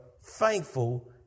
thankful